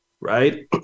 right